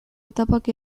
etapak